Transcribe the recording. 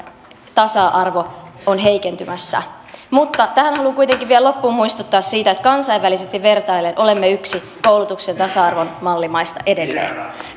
tasa arvo on heikentymässä mutta tähän loppuun haluan kuitenkin vielä muistuttaa siitä että kansainvälisesti vertaillen olemme yksi koulutuksen tasa arvon mallimaista edelleen